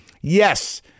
Yes